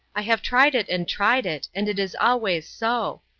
i have tried it and tried it, and it is always so.